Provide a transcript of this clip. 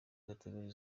categorie